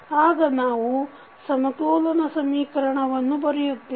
ಆಗ ನಾವು ಸಮತೋಲನ ಸಮೀಕರಣವನ್ನು ಬರೆಯುತ್ತೇವೆ